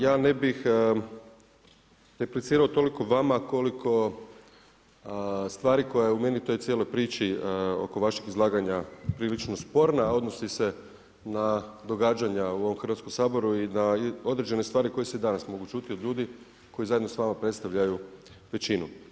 Ja ne bih replicirao toliko vama koliko stvari koja je meni u toj cijeloj priči oko vašeg izlaganja prilično sporna a odnosi se na događanja u ovom Hrvatskom saboru i na određene stvari koje se i danas mogu čuti od ljudi koji zajedno s vama predstavljaju većinu.